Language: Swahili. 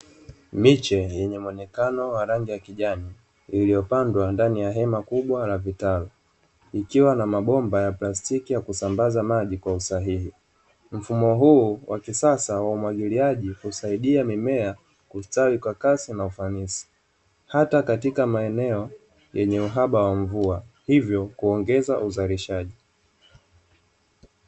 Miche yenye muonekano wa rangi ya kijani, iliyopandwa ndani ya hema kubwa la vitalu likiwa na mabomba ya plastiki ya kusambaza maji kwa usahihi, mfumo huu wa kisasa wa umwagiliaji husaidia mimea kustawi kwa kasi na ufanisi, hata katika maeneo yenye uhaba wa mvua hivyo kuongeza uzalishaji.